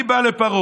אני בא לפרעה,